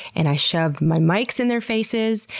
and i shoved my mics in their faces.